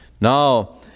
Now